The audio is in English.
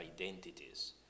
identities